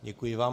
Děkuji vám.